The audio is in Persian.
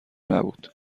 نبود